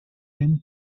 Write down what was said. them